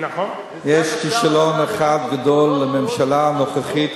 יש כישלון אחד גדול לממשלה הנוכחית,